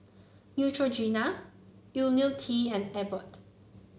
Neutrogena IoniL T and Abbott